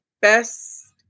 best